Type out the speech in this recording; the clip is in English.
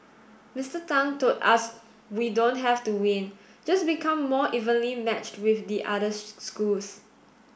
Mister Tang told us we don't have to win just become more evenly matched with the other schools